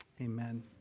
amen